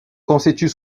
constituent